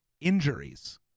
Injuries